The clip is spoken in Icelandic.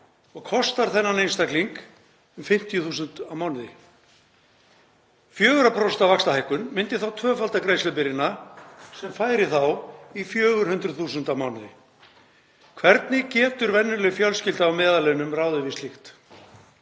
og kostar þennan einstakling um 50.000 kr. á mánuði. 4% vaxtahækkun myndi tvöfalda greiðslubyrðina sem færi þá í 400.000 kr. á mánuði. Hvernig getur venjuleg fjölskylda á meðallaunum ráðið við slíkt?